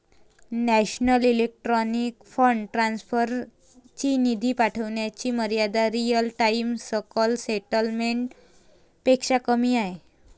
national electronic fund transfer ची निधी पाठविण्याची मर्यादा रिअल टाइम सकल सेटलमेंट पेक्षा कमी आहे